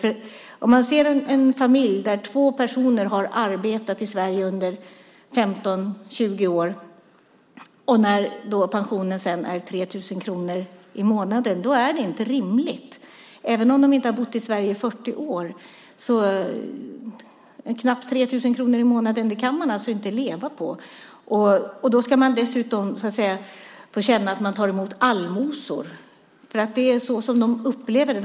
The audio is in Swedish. När man i en familj, där två personer har arbetat i Sverige under 15-20 år, sedan får en pension på 3 000 kronor i månaden är det inte rimligt, även om de inte har bott i Sverige i 40 år. Knappt 3 000 kronor i månaden kan man inte leva på. Dessutom ska man känna att man tar emot allmosor. Det är så som de upplever det.